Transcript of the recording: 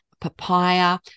papaya